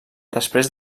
després